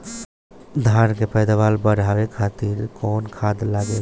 धान के पैदावार बढ़ावे खातिर कौन खाद लागेला?